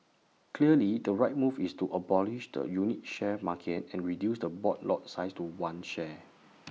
clearly the right move is to abolish the unit share market and reduce the board lot size to one share